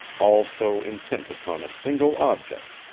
all so intent upon a single object,